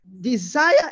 desire